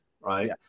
right